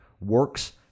works